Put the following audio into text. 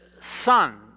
son